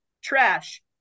trash